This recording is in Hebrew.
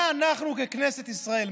מה אנחנו ככנסת ישראל,